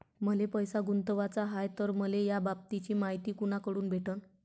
मले पैसा गुंतवाचा हाय तर मले याबाबतीची मायती कुनाकडून भेटन?